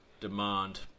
Demand